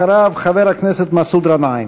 אחריו, חבר הכנסת מסעוד גנאים.